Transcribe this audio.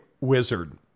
Wizard